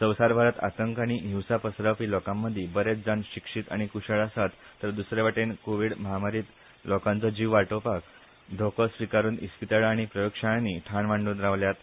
संवसारभरान आतंक आनी हिंसा पसरावपी लोकांमदी बरेच जाण शिक्षित आनी क्शळ आसात तर द्रसरे वटेन कोविड म्हामारीन लोकांची जीव वाटावपाक धोको स्वीकारून इस्पितळा आनी प्रयोगशाळांनी ठाण मांडून रावल्यात